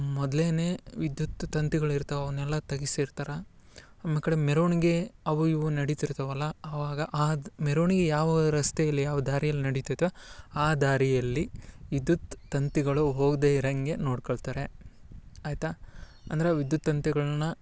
ಮೊದ್ಲೇ ವಿದ್ಯುತ್ ತಂತಿಗಳಿರ್ತಾವೆ ಅವನ್ನೆಲ್ಲ ತೆಗಿಸಿ ಇರ್ತಾರೆ ಆಮೇಕಡೆ ಮೆರ್ವಣಿಗೆ ಅವು ಇವು ನಡಿತಿರ್ತಾವಲ್ಲ ಅವಾಗ ಆದ್ ಮೆರ್ವಣಿಗೆ ಯಾವ ರಸ್ತೆಯಲ್ಲಿ ಯಾವ ದಾರಿಯಲ್ಲಿ ನಡಿತೈತೋ ಆ ದಾರಿಯಲ್ಲಿ ವಿದ್ಯುತ್ ತಂತಿಗಳು ಹೋಗದೆ ಇರೋಂಗೆ ನೋಡ್ಕಳ್ತಾರೆ ಆಯಿತಾ ಅಂದರೆ ವಿದ್ಯುತ್ ತಂತಿಗಳನ್ನ